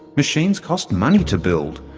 machines cost money to build.